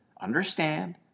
understand